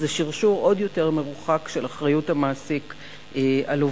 זה שרשור עוד יותר מרוחק של אחריות המעסיק לעובדיו.